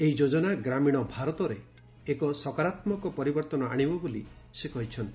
ଏହି ଯୋଜନା ଗ୍ରାମୀଣ ଭାରତରେ ଏକ ସକାରାତ୍ମକ ପରିବର୍ତ୍ତନ ଆଣିବ ବୋଲି ସେ କହିଛନ୍ତି